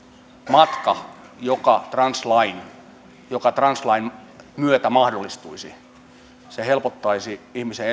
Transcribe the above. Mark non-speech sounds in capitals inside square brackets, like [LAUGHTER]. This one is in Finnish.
matka joka translain joka translain myötä mahdollistuisi helpottaisi ihmisen [UNINTELLIGIBLE]